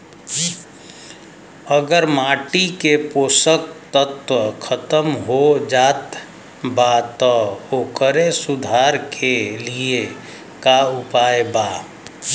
अगर माटी के पोषक तत्व खत्म हो जात बा त ओकरे सुधार के लिए का उपाय बा?